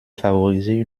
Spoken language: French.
favoriser